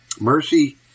Mercy